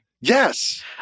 Yes